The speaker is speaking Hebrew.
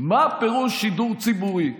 מה פירוש שידור ציבורי?